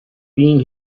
been